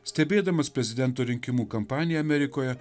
stebėdamas prezidento rinkimų kampaniją amerikoje